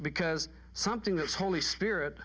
because something this holy spirit